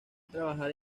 trabajar